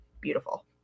beautiful